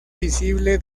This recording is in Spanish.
visible